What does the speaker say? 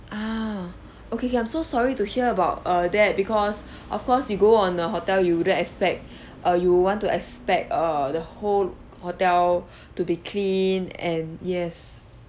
ah okay okay I'm so sorry to hear about err that because of course you go on the hotel you wouldn't expect uh you want to expect err the whole hotel to be clean and yes